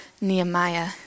Nehemiah